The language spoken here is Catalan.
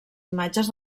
imatges